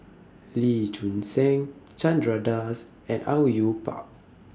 Lee Choon Seng Chandra Das and Au Yue Pak